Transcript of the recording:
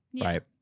Right